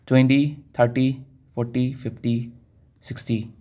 twenty thirty forty fifty sixty